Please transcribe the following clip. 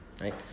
right